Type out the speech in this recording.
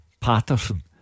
Patterson